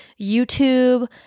youtube